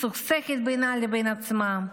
מסוכסכת בינה לבין עצמה,